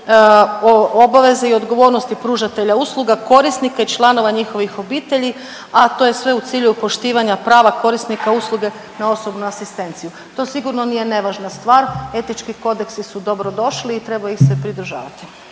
obaveze i odgovornosti pružatelja usluga, korisnika i članova njihovih obitelji, a to je sve u cilju poštivanja prava korisnika usluge na osobnu asistencije. To sigurno nije nevažna stvar, etički kodeksi su dobrodošli i treba ih se pridržavati.